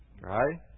Right